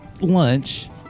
Lunch